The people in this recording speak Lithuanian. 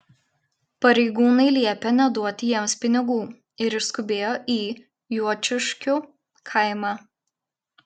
pareigūnai liepė neduoti jiems pinigų ir išskubėjo į juočiškių kaimą